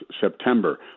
September